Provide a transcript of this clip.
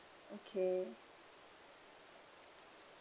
okay